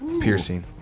piercing